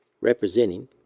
representing